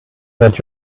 that